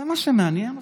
זה מה שמעניין אתכם?